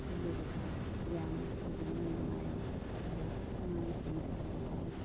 ꯑꯗꯨꯗꯨꯒ ꯌꯥꯝꯅ ꯐꯖꯅ ꯅꯨꯡꯉꯥꯏꯅ ꯆꯠꯂꯤ ꯑꯉꯥꯡꯁꯤꯡꯁꯨ ꯌꯥꯎꯏ